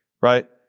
right